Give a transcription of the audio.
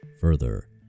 further